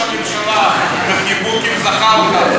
ראש הממשלה, וחיבוק עם זחאלקה.